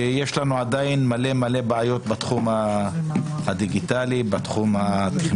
שיש לנו עדין מלא בעיות בתחום הדיגיטלי והטכנולוגי.